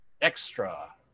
Extra